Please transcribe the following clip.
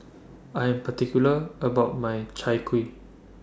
I Am particular about My Chai Kuih